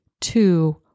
two